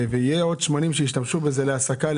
למשל שמנים שמשתמשים בהם להסקה.